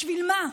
בשביל מה?